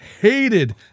hated